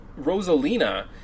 Rosalina